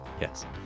yes